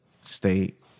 State